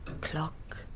Clock